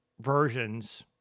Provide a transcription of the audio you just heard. versions